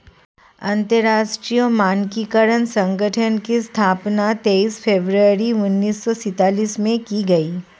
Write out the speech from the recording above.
अंतरराष्ट्रीय मानकीकरण संगठन की स्थापना तेईस फरवरी उन्नीस सौ सेंतालीस में की गई